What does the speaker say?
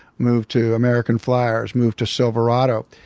moved to american fliers, moved to silverado.